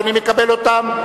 אדוני מקבל אותם?